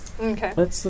Okay